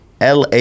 LA